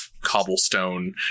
cobblestone